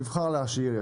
אם הוא יבחר להשאיר,